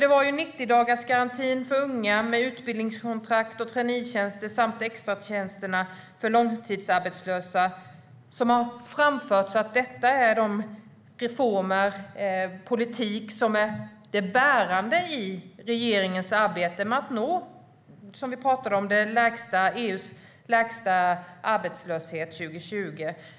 Det är 90-dagarsgarantin för unga med utbildningskontrakt och traineetjänster samt extratjänsterna för långtidsarbetslösa som har framförts som de reformer och den politik som är det bärande i regeringens arbete med att nå EU:s lägsta arbetslöshet 2020, som vi talade om.